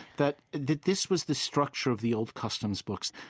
that that this was the structure of the old customs books.